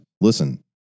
Listen